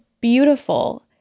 beautiful